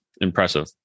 impressive